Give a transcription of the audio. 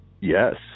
Yes